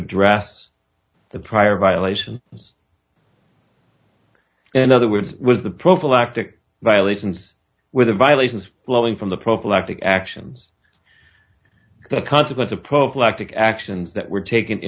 address the prior violations in other words was the prophylactic violations were the violations flowing from the prophylactic actions the consequence of prophylactic actions that were taken